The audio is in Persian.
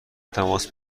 تماس